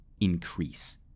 increase